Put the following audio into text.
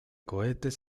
cohetes